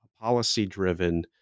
policy-driven